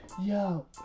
yo